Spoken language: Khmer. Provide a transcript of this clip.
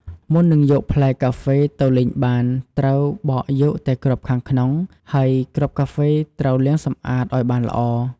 មុននឹងយកផ្លែកាហ្វេទៅលីងបាន ត្រូវបកយកតែគ្រាប់ខាងក្នុង ហើយគ្រាប់កាហ្វេត្រូវលាងសម្អាតឱ្យបានល្អ។